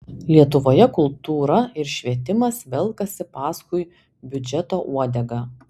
lietuvoje kultūra ir švietimas velkasi paskui biudžeto uodegą